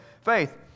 Faith